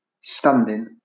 standing